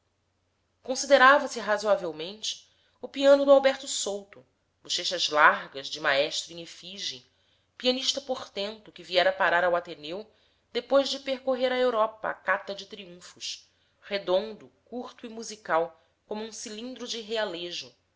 tules considerava-se razoavelmente o piano do alberto souto bochechas largas de maestro em efígie pianista portento que viera parar ao ateneu depois de percorrer a europa à cata de triunfos redondo curto e musical como um cilindro de realejo